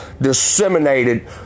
disseminated